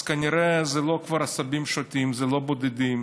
אז כנראה זה כבר לא עשבים שוטים, זה לא בודדים